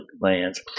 lands